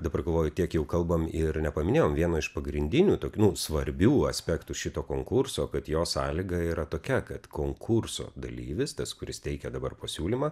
dabar galvoju tiek jau kalbam ir nepaminėjom vieno iš pagrindinių tokių nu svarbių aspektų šito konkurso kad jo sąlyga yra tokia kad konkurso dalyvis tas kuris teikė dabar pasiūlymą